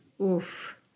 Oof